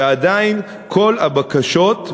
ועדיין כל הבקשות,